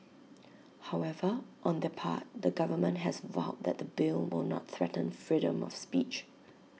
however on their part the government has vowed that the bill will not threaten freedom of speech